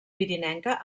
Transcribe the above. pirinenca